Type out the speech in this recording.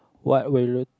what will you